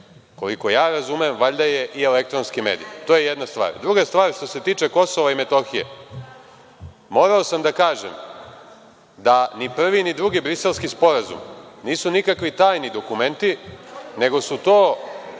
koliko ja razumem, valjda je i elektronski mediji. To je jedna stvar. Druga stvar, što se tiče Kosova i Metohije. Morao sam da kažem da ni prvi ni drugi Briselski sporazum nisu nikakvi tajni dokumenti nego su to